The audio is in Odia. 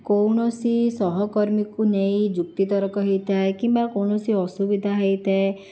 କୌଣସି ସହକର୍ମୀକୁ ନେଇ ଯୁକ୍ତିତର୍କ ହୋଇଥାଏ କିମ୍ବା କୌଣସି ଅସୁବିଧା ହୋଇଥାଏ